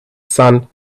sun